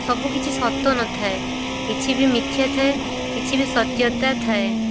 ସବୁକିଛି ସତ ନଥାଏ କିଛି ବି ମିଥ୍ୟା ଥାଏ କିଛି ବି ସତ୍ୟତା ଥାଏ